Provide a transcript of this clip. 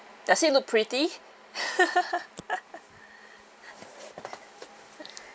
does it look pretty